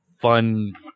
fun